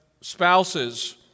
spouses